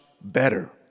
better